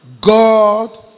God